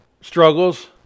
struggles